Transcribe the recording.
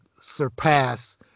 surpass